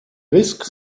whisked